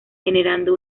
generando